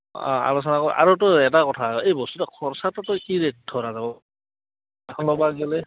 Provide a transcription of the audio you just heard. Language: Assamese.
অঁ আলোচনা আ আৰু তোৰ এটা কথা এই বস্তুটো খৰচাটো তই কি ৰে'ট ধৰা যাব গ'লে